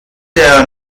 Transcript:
der